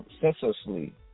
senselessly